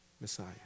Messiah